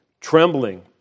trembling